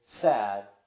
sad